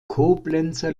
koblenzer